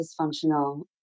dysfunctional